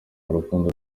urukundo